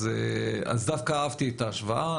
אז דווקא אהבתי את ההשוואה.